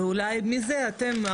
ואולי מזה אתם,